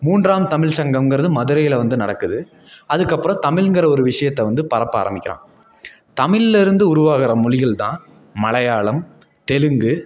மூன்றாம் தமிழ்சங்கம்ங்கிறது மதுரையில் வந்து நடக்குது அதுக்கப்புறம் தமிழ்ங்கிற ஒரு விஷயத்தை வந்து பரப்ப ஆரம்பிக்கிறான் தமிழில் இருந்து உருவாகிற மொழிகள் தான் மலையாளம் தெலுங்கு